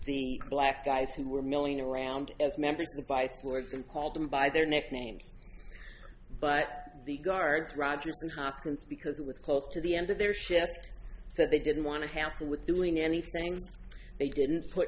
the black guys who were milling around as members by force and called them by their nicknames but the guards roger hopkins because it was close to the end of their shift so they didn't want to happen with doing anything they didn't put